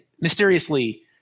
mysteriously